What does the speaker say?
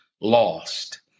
Lost